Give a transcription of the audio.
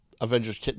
Avengers